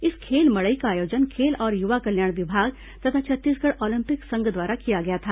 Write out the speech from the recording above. इस खेल मड़ई का आयोजन खेल और युवा कल्याण विभाग तथा छत्तीसगढ़ ओलंपिक संघ द्वारा किया गया था